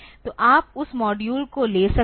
तो आप उस मॉड्यूल को ले सकते हैं